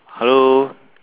hello